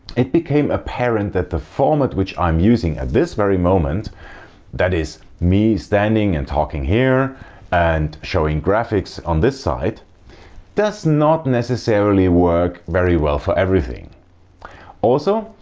it became apparent that the format which i am using at this very moment that is me standing and talking here and showing graphics on this side does not necessarily work very well for everything also,